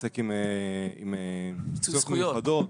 להתעסק עם זכויות מיוחדות,